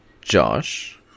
Josh